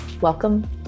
Welcome